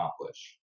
accomplish